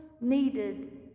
needed